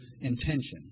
intention